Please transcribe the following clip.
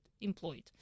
employed